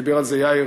דיבר על זה יאיר,